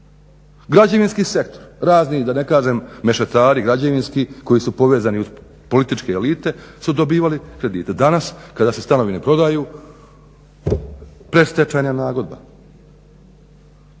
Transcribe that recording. Građevinski sektor, razni da ne kažem mešetari građevinski koji su povezani uz političke elite su dobivali kredite. Danas, kada se stanovi ne prodaju predstečajna nagodba.